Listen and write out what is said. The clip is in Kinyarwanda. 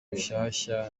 rushyashya